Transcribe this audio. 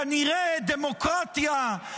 כנראה דמוקרטיה,